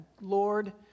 Lord